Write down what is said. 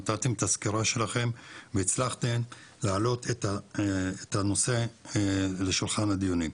נתתם את הסקירה שלכם והצלחתם לעלות את הנושא לשולחן הדיונים.